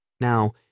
Now